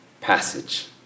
passage